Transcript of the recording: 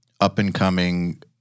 up-and-coming